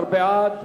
13 בעד,